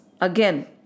again